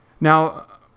Now